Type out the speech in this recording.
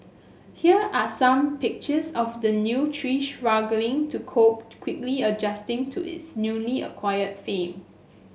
here are some pictures of the new tree struggling to cope quickly adjusting to its newly acquired fame